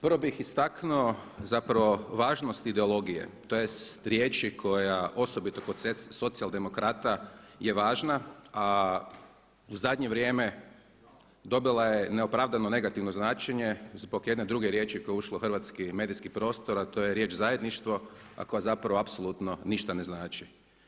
Prvo bih istaknuo zapravo važnost ideologije tj. riječi koja osobito kod socijaldemokrata je važna, a u zadnje vrijeme dobila je neopravdano negativno značenje zbog jedne druge riječi koja je ušla u hrvatski medijski prostor, a to je riječ zajedništvo, a koja apsolutno ništa ne znači.